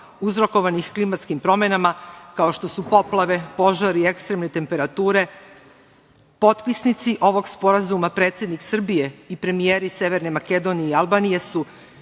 uzrokovanih klimatskim promenama, kao što su poplave, požari, ekstremne temperature, potpisnici ovog Sporazuma predsednik Srbije i premijeri Severne Makedonije i Albanije su